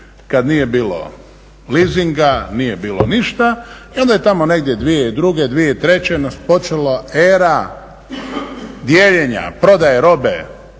kad nije bilo lesasinga, nije bilo ništa i onda je tamo negdje 2002.,2003. nas počela era dijeljenja, prodaje robe